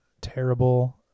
terrible